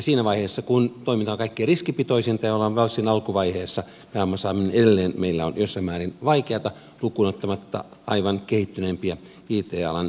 siinä vaiheessa kun toiminta on kaikkein riskipitoisinta ja ollaan varsin alkuvaiheessa pääoman saaminen on meillä edelleen jossain määrin vaikeata lukuun ottamatta aivan kehittyneimpiä it alan teknologioita